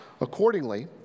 Accordingly